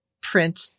print